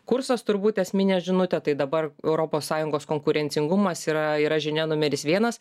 kursas turbūt esminė žinutė tai dabar europos sąjungos konkurencingumas yra yra žinia numeris vienas